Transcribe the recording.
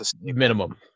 minimum